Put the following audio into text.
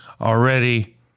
already